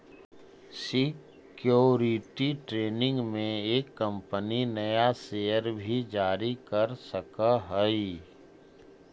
security training में एक company नया शेयर भी जारी कर सकऽ हई